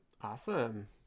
Awesome